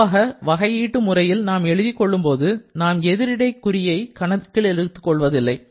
பொதுவாக வகையீட்டு முறையில் எழுதிக் கொள்ளும் போது நாம் எதிரிடை குழியை கணக்கில் எடுத்துக் கொள்வதில்லை